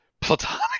platonic